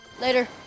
Later